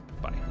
Bye